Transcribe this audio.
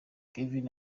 kevin